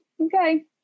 Okay